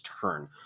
turn